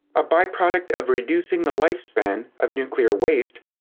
a byproduct of reducing the lifespan of nuclear waste.